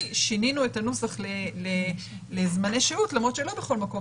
שינינו את הנוסח לזמני שהות למרות שלא בכל מקום,